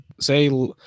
say